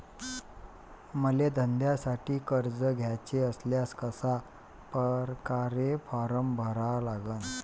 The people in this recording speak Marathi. मले धंद्यासाठी कर्ज घ्याचे असल्यास कशा परकारे फारम भरा लागन?